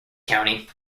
county